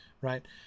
right